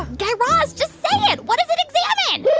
guy raz, just say it. what does it examine?